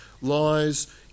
lies